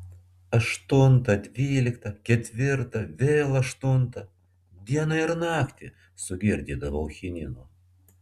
aštuntą dvyliktą ketvirtą vėl aštuntą dieną ir naktį sugirdydavau chinino